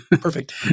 perfect